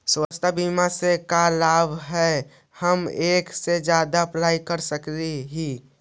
स्वास्थ्य बीमा से का क्या लाभ है हम एक से जादा अप्लाई कर सकली ही?